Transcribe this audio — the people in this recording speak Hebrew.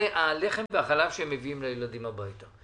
זה הלחם והחלב שהם מביאים לילדים הביתה,